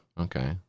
Okay